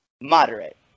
moderate